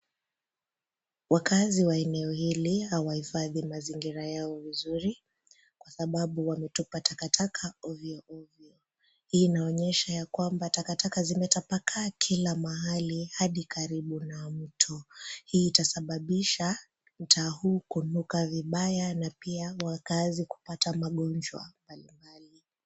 Wakaazi wa eneo hili hawaifadhi mazingira yao vizuri kwa sababu wametupa takataka ovyo ovyo. Hii inaonyesha ya kwamba takataka zimetapakaa kila mahali hadi karibu na mto. Hii itasababisha mtaa huu kunuka vibaya na pia wakaazi kupata magonjwa mbali mbali.